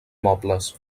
mobles